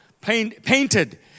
painted